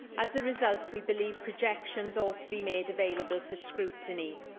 as a result, we believe projections ought to be made available for scrutiny.